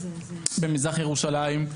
במזרח ירושלים.